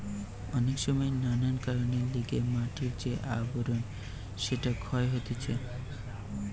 অনেক সময় নানান কারণের লিগে মাটির যে আবরণ সেটা ক্ষয় হতিছে